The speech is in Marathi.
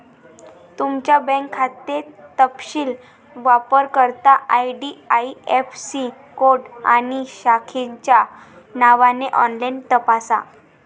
तुमचा बँक खाते तपशील वापरकर्ता आई.डी.आई.ऍफ़.सी कोड आणि शाखेच्या नावाने ऑनलाइन तपासा